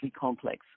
complex